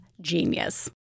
genius